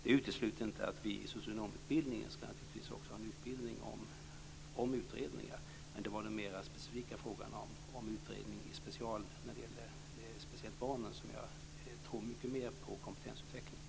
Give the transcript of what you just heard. Det utesluter inte att det inom socionomutbildningen ska finnas en utbildning om utredningar. Men i den mer specifika frågan om utredningar av speciellt barnen tror jag mer på kompetensutveckling.